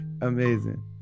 Amazing